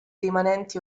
rimanenti